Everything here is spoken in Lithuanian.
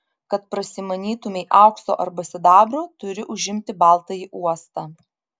kad prasimanytumei aukso arba sidabro turi užimti baltąjį uostą